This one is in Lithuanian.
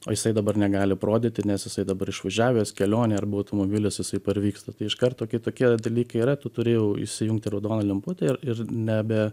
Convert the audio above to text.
o jisai dabar negali aprodyti nes jisai dabar išvažiavęs kelionė arba automobilis jisai parvyksta tai iš karto kai tokie dalykai yra tu turi jau įsijungti raudoną lemputę ir ir nebe